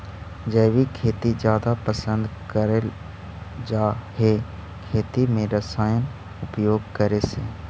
जैविक खेती जादा पसंद करल जा हे खेती में रसायन उपयोग करे से